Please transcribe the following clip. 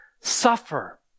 suffer